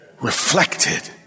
reflected